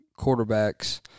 quarterbacks